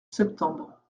septembre